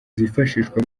zifashishwa